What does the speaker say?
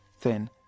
thin